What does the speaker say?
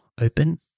open